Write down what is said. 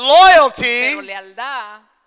loyalty